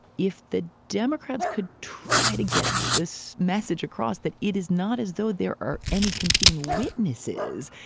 if the democrats could try to get this message across, that it is not as though there are any competing witnesses.